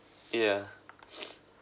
yeah